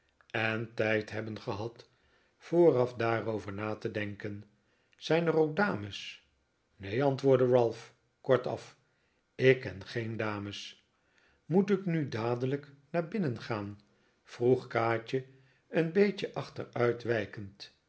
en tijd hebben gehad vooraf daarover na te denken zijn er ook dames neen antwoordde ralph kortaf ik ken geen dames moet ik nu dadelijk naar binnen gaan vroeg kaatje een beetje achteruitwijkend